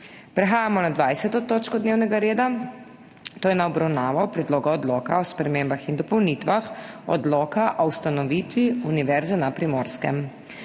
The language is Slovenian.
prekinjeno 20. točko dnevnega reda, to je z obravnavo Predloga odloka o spremembah in dopolnitvah Odloka o ustanovitvi Univerze na Primorskem.